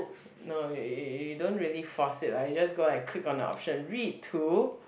no eh you don't really force it lah you just go like click on the option read to